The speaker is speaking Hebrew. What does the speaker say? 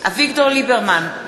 אביגדור ליברמן,